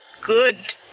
Good